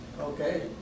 Okay